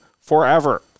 forever